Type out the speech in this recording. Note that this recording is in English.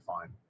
fine